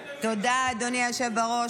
תודה, אדוני היושב בראש.